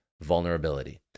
vulnerability